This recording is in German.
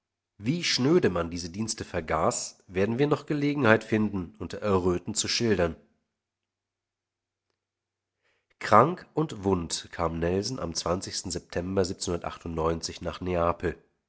wie schnöde man diese dienste vergaß werden wir noch gelegenheit finden unter erröten zu schildern krank und wund kam nelson am september nach neapel